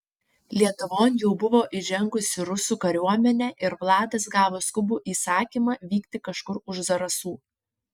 lietuvon jau buvo įžengusi rusų kariuomenė ir vladas gavo skubų įsakymą vykti kažkur už zarasų